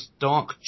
dark